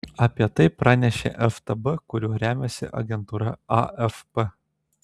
apie tai pranešė ftb kuriuo remiasi agentūra afp